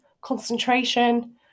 concentration